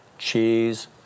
Cheese